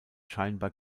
scheinbar